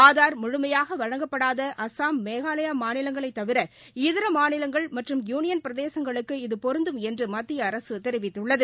ஆதார் முழுமையாக வழங்கப்படாத அஸ்ஸாம் மேகாலயா மாநிலங்களைத் தவிர இதர மாநிலங்கள் மற்றும் யுனியன் பிரதேசங்களுக்கு இது பொருந்தும் என்று மத்திய அரசு தெரிவித்துள்ளது